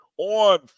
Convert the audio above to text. On